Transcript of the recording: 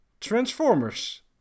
transformers